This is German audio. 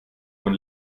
von